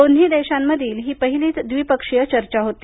दोन्ही देशांमधील ही पहिली द्विपक्षीय चर्चा होती